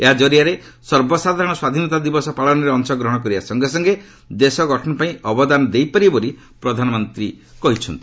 ଏହା ଜରିଆରେ ସର୍ବସାଧାରଣ ସ୍ୱାଧୀନତା ଦିବସ ପାଳନରେ ଅଂଶଗ୍ରହଣ କରିବା ସଙ୍ଗେ ସଙ୍ଗେ ଦେଶ ଗଠନ ପାଇଁ ଅବଦାନ ଦେଇପାରିବେ ବୋଲି ପ୍ରଧାନମନ୍ତ୍ରୀ କହିଛନ୍ତି